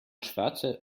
schwarze